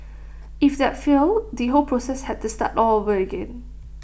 if that failed the whole process had to start all over again